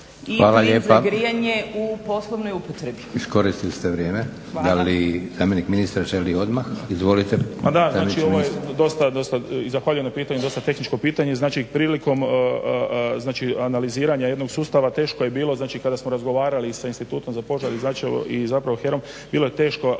energiju i plin za grijanje u poslovnoj upotrebi.